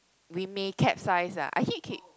we may capsize ah I keep okay